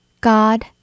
God